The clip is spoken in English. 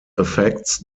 affects